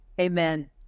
Amen